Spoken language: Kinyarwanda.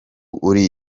uri